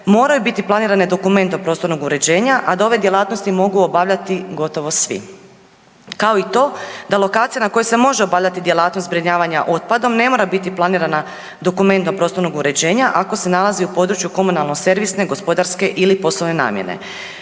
moraju biti planirane dokumentom prostornog uređenja, a da ove djelatnosti mogu obavljati gotovo svi. Kao i to da lokacija na kojoj se može obavljati djelatnost zbrinjavanja otpadom ne mora biti planirana dokumentom prostornog uređenja ako se nalazi u području komunalno servisne, gospodarske ili poslovne namjene.